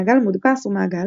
מעגל מודפס הוא מעגל,